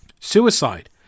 Suicide